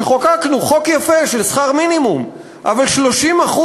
שחוקקנו חוק יפה של שכר מינימום אבל 30%